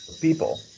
people